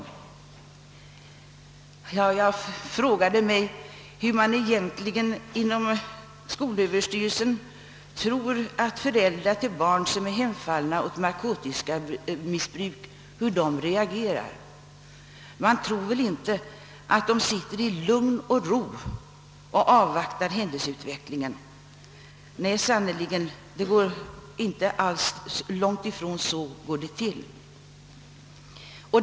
Jag frågar mig då hur man inom skolöverstyrelsen egentligen tror att föräldrar till barn, som är hemfallna åt narkotikamissbruk, reagerar. Man tror väl inte att de sitter i lugn och ro och avvaktar händelseutvecklingen! Nej, så går det långt ifrån till.